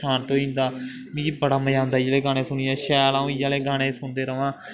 शांत होई जंदा मिगी बड़ा मज़ा औंदा इ'यै लेह् गाने सुनियै शैल अ'ऊं इ'यै लेह् गाने सुनदा रवां